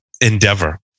endeavor